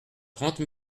trente